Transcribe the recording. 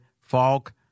Falk